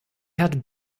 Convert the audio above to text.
had